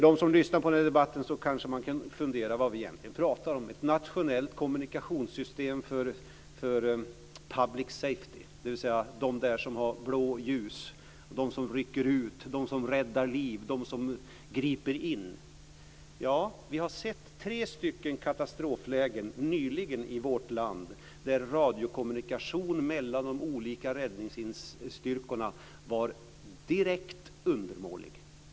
De som lyssnar på denna debatt funderar kanske på vad vi egentligen talar om - ett nationellt kommuniktionssystem för public safety, dvs. de som har blå ljus, som rycker ut och räddar liv och griper in. Vi har sett tre katastroflägen nyligen i vårt land då radiokommunikationen mellan de olika räddningsstyrkorna var direkt undermålig.